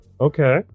Okay